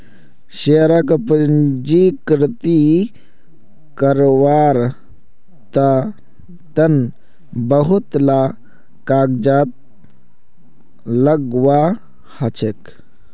शेयरक पंजीकृत कारवार तन बहुत ला कागजात लगव्वा ह छेक